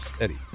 Eddie